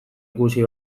ikusi